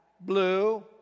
blue